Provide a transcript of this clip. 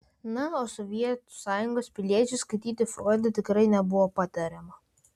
na o sovietų sąjungos piliečiui skaityti froidą tikrai nebuvo patariama